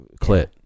clit